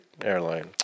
Airline